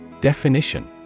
Definition